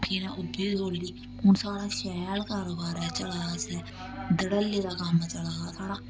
फ्ही इ'नें न ओह् बी खोल्ली हून साढ़ा शैल कारोबार ऐ चला दा इसलै धड़ल्ले दा कम्म चला दा साढ़ा